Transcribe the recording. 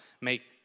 make